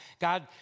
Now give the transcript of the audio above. God